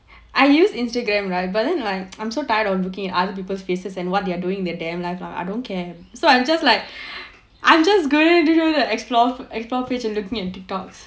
I use Instagram right but then like I'm so tired of looking at other people's faces and what they are doing with their damn life lah I don't care so I'm just like I'm just gonna explore explore page and looking at TikTok